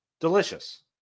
delicious